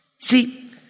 See